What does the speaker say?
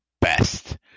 best